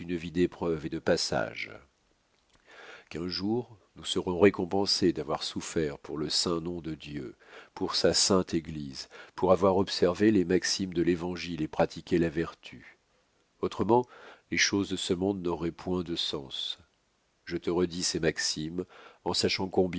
vie d'épreuves et de passage qu'un jour nous serons récompensés d'avoir souffert pour le saint nom de dieu pour sa sainte église pour avoir observé les maximes de l'évangile et pratiqué la vertu autrement les choses de ce monde n'auraient point de sens je te redis ces maximes en sachant combien